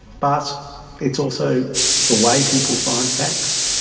but it's also the way people find facts.